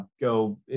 go